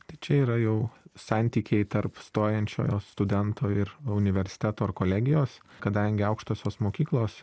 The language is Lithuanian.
tai čia yra jau santykiai tarp stojančiojo studento ir universiteto ar kolegijos kadangi aukštosios mokyklos